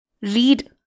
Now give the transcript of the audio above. Read